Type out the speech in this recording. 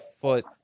foot